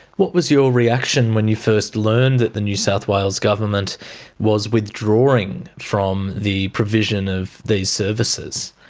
what was your reaction when you first learned that the new south wales government was withdrawing from the provision of these services?